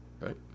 right